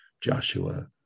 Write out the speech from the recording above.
Joshua